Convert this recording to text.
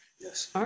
Yes